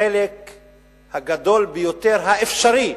לחלק הגדול ביותר האפשרי